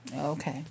Okay